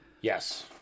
Yes